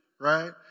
right